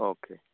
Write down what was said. okay